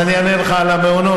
אז אני אענה לך על המעונות,